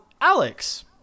Alex